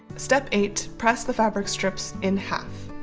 step eight. press the fabric strips in half.